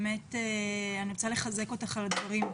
אני רוצה לחזק אותך על הדברים.